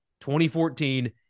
2014